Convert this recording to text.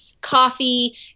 coffee